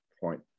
point